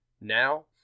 Now